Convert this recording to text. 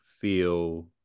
feel